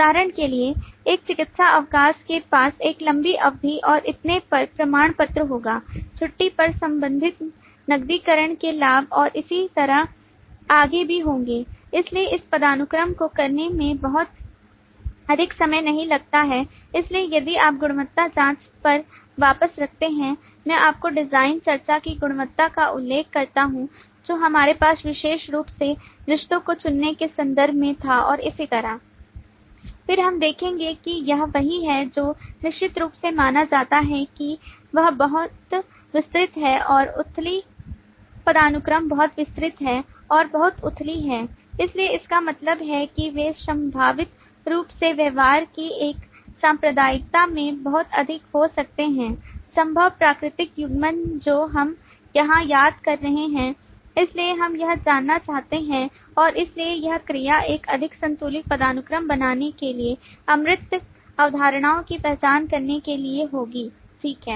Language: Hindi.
उदाहरण के लिए एक चिकित्सा अवकाश के पास एक लंबी अवधि और इतने पर प्रमाण पत्र होगा छुट्टी पर संबंधित नकदीकरण के लाभ और इसी तरह आगे भी होंगे इसलिए इस पदानुक्रम को करने में बहुत अधिक समय नहीं लगता है इसलिए यदि आप गुणवत्ता जांच पर वापस रखते है मैं आपको डिजाइन चर्चा की गुणवत्ता का उल्लेख करता हूं जो हमारे पास विशेष रूप से रिश्तों को चुनने के संदर्भ में था और इसी तरह फिर हम देखेंगे कि यह वही है जो निश्चित रूप से माना जाता है कि यह बहुत विस्तृत है और उथली पदानुक्रम बहुत विस्तृत है और बहुत उथली है इसलिए इसका मतलब है कि वे संभावित रूप से व्यवहार की एक सांप्रदायिकता में बहुत अधिक हो सकते हैं संभव प्राकृतिक युग्मन जो हम यहां याद कर रहे हैं इसलिए हम यह जानना चाहते हैं और इसलिए यह क्रिया एक अधिक संतुलित पदानुक्रम बनाने के लिए अमूर्त अवधारणाओं की पहचान करने के लिए होगी ठीक है